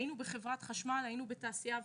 היינו בחברת חשמל, בתעשייה האווירית.